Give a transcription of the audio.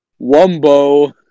Wumbo